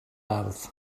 ardd